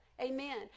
Amen